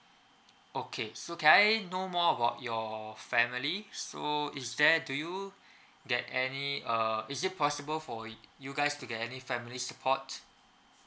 okay so can I know more about your family so is there do you get any uh is it possible for you guys to get any family support